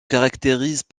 caractérisent